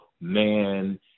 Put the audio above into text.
man